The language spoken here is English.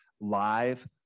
live